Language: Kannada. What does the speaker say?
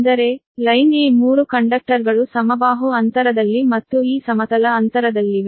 ಅಂದರೆ ಲೈನ್ a3 ಕಂಡಕ್ಟರ್ಗಳು ಸಮಬಾಹು ಅಂತರದಲ್ಲಿ ಮತ್ತು ಈ ಸಮತಲ ಅಂತರದಲ್ಲಿವೆ